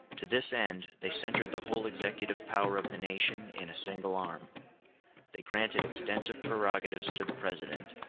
to this end they centred the whole executive power of the nation in a single arm they granted extensive prerogatives to the president,